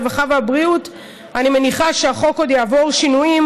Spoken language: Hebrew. הרווחה והבריאות אני מניחה שהחוק עוד יעבור שינויים,